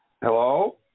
Hello